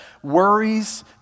worries